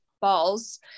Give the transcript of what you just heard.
balls